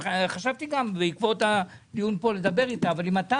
חשבתי בעקבות הדיון כאן לדבר איתה אבל אם אתה